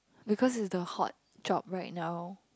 because is the hot job right now